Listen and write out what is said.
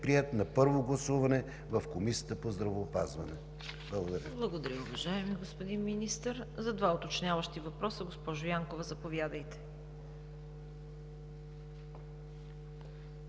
приет на първо гласуване в Комисията по здравеопазването. Благодаря.